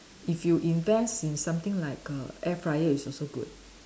if you invest in something like a air fryer is also good